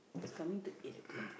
it's coming to eight o-clock